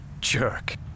jerk